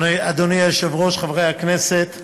אדוני היושב-ראש, חברי הכנסת,